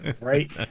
right